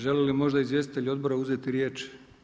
Želi li možda izvjestitelj odbora uzeti riječ?